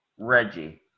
Reggie